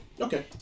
Okay